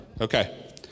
Okay